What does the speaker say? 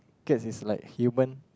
cats is like human